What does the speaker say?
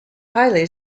highly